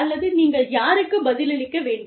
அல்லது நீங்கள் யாருக்குப் பதிலளிக்க வேண்டும்